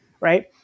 Right